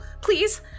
please